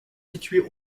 situé